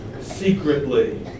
secretly